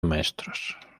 maestros